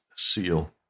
seal